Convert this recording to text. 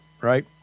right